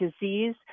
disease